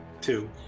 two